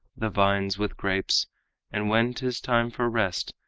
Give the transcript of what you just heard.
the vines with grapes and when tis time for rest,